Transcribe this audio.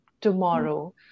tomorrow